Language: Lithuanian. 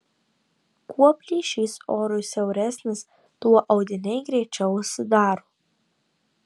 kuo plyšys orui siauresnis tuo audiniai greičiau užsidaro